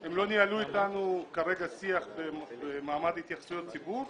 הם לא ניהלו אתנו כרגע שיח במעמד התייחסויות ציבור.